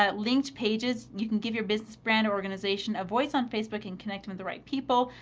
ah linked pages. you can give your business brand organization. a voice on facebook and connect with the right people.